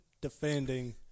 defending